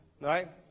right